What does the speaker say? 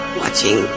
watching